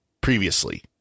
previously